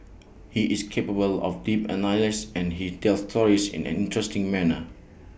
he is capable of deep analysis and he tells stories in an interesting manner